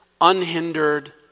unhindered